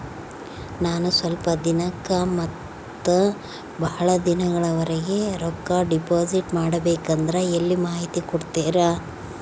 ನಾನು ಸ್ವಲ್ಪ ದಿನಕ್ಕ ಮತ್ತ ಬಹಳ ದಿನಗಳವರೆಗೆ ರೊಕ್ಕ ಡಿಪಾಸಿಟ್ ಮಾಡಬೇಕಂದ್ರ ಎಲ್ಲಿ ಮಾಹಿತಿ ಕೊಡ್ತೇರಾ?